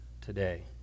today